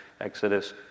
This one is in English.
Exodus